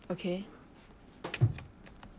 okay